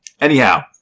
Anyhow